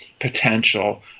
potential